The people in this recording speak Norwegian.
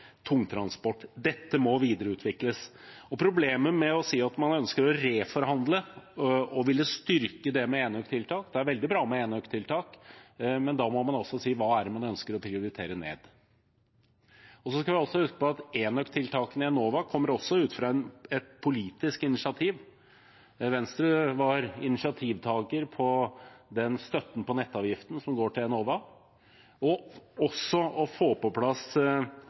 tungtransport. Dette må videreutvikles. Problemet med å si at man ønsker å reforhandle og styrke det med enøktiltak – det er veldig bra med enøktiltak – er at da må man også si hva man ønsker å prioritere ned. Vi skal huske på at enøktiltakene i Enova også kommer ut fra et politisk initiativ. Venstre var initiativtaker til støtten på nettavgiften som går til Enova, og til å få på plass